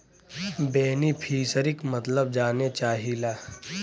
बेनिफिसरीक मतलब जाने चाहीला?